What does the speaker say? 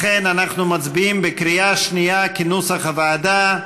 לכן, אנחנו מצביעים בקריאה שנייה, כנוסח הוועדה.